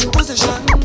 Position